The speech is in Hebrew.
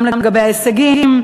גם לגבי ההישגים,